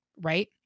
right